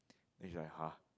then she's like [huh]